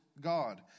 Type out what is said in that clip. God